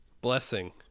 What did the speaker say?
blessing